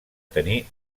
tenir